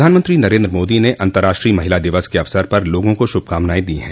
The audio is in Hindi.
प्रधानमंत्री नरेन्द्र मोदी ने अंतर्राष्ट्रीय महिला दिवस के अवसर पर लोगों को शुभकामनाएं दी हैं